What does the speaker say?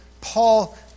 Paul